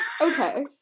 okay